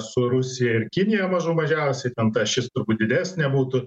su rusija ir kinija mažų mažiausiai ten ta ašis turbūt didesnė būtų